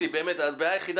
אני לא הפרעתי